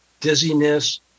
dizziness